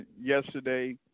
yesterday